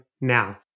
now